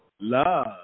love